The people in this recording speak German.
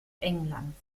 englands